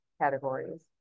categories